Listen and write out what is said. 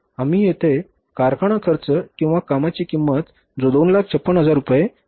आम्ही येथे कारखाना खर्च किंवा कामाची किंमत जो 256000 रुपये जोडत आहोत